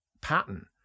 pattern